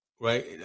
Right